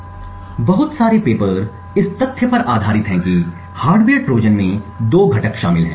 अब बहुत सारे पेपर इस तथ्य पर आधारित हैं कि हार्डवेयर ट्रोजन में दो घटक शामिल हैं